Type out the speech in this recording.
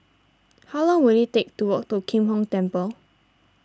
how long will it take to walk to Kim Hong Temple